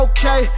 Okay